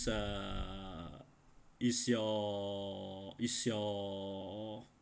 uh is your is your